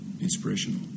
inspirational